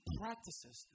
practices